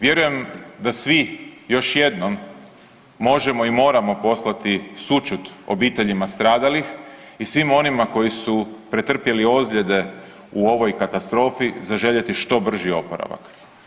Vjerujem da svi još jednom možemo i moramo poslati sućut obiteljima stradalih i svim onima koji su pretrpjeli ozljede u ovoj katastrofi, zaželjeti što brži oporavak.